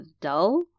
dull